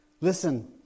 Listen